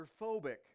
claustrophobic